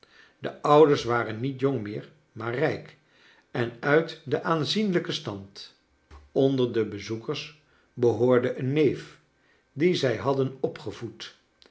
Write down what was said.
de ouders waren niet jong meer maar rijk en uit den aanzienlijken stand onder de bezoekers behoorde een neef dien zij hadden opgevoed